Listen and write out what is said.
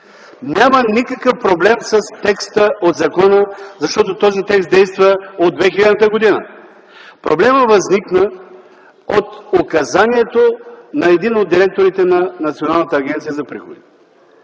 Няма никакъв проблем с текста от закона, защото този текст действа от 2000-та година. Проблемът възникна от указанието на един от директорите на Националната агенция за приходите,